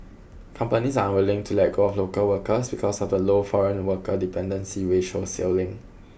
companies are unwilling to let go of local workers because of the low foreign worker dependency ratio ceiling